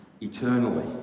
eternally